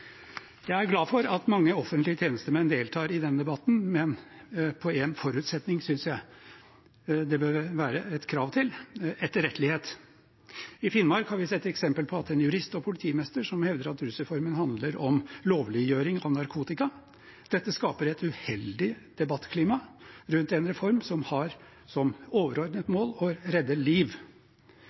Jeg er glad for at mange offentlige tjenestemenn deltar i denne debatten, men jeg synes en forutsetning bør være krav til etterrettelighet. I Finnmark har vi sett et eksempel på en jurist og politimester som hevder at rusreformen handler om lovliggjøring av narkotika. Dette skaper et uheldig debattklima rundt en reform som har som overordnet mål å redde liv.